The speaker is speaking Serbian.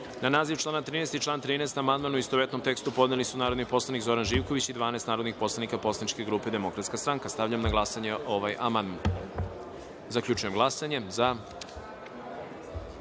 naziv člana 9. i član 9. amandman, u istovetnom tekstu, podneli su narodni poslanik Zoran Živković i 12 narodnih poslanika Poslaničke grupe Demokratska stranka. Stavljam na glasanje ovaj amandman. Zaključujem glasanje i